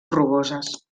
rugoses